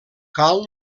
cal